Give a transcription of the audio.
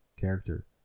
character